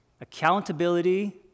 accountability